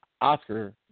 oscar